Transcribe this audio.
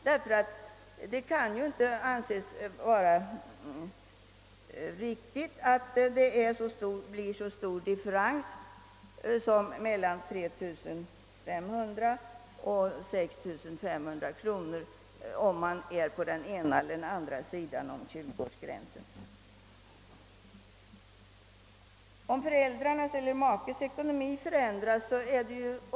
Det kan ju inte anses vara riktigt att det blir en så stor differens som mellan 3500 och 6 500 kronor, beroende på om man befinner sig på den ena eller andra sidan om 20-årsgränsen.